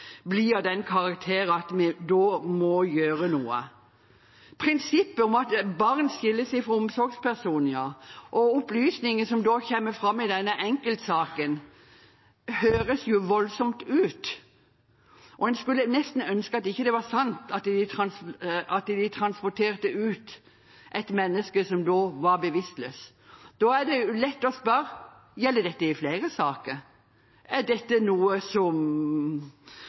blir av den karakter at vi må gjøre noe. Prinsippet om at barn skilles fra omsorgspersoner, og opplysninger som kommer fram i denne enkeltsaken, høres voldsomt ut, og en skulle nesten ønske det ikke var sant at de transporterte ut et menneske som var bevisstløst. Da er det lett å spørre: Gjelder dette i flere saker? Er dette noe som